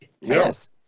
Yes